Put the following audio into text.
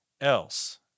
else